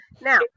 Now